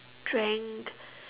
strength